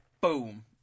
boom